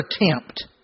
attempt